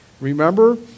Remember